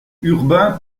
urbain